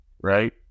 right